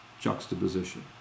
juxtaposition